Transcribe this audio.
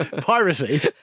Piracy